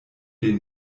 den